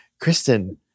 Kristen